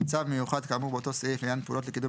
צו מיוחד כאמור באותו סעיף לעניין פעולות לקידום